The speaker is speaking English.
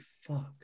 fuck